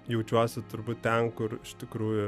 jaučiuosi turbūt ten kur iš tikrųjų